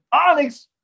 Onyx